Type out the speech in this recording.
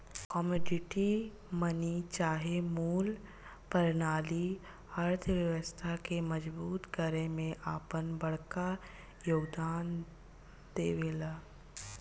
commodity money चाहे मूल परनाली अर्थव्यवस्था के मजबूत करे में आपन बड़का योगदान देवेला